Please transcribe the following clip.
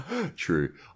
True